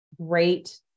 great